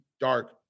dark